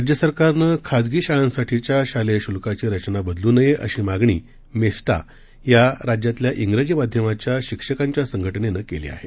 राज्य सरकारनं खाजगी शाळांसाठीच्या शालेय शुल्काची रचना बदलू नये अशी मागणी मेस्टा या राज्यातल्या शिजी माध्यमाच्या शिक्षकांच्या संघटनेनं केली आहे